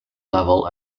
level